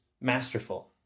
masterful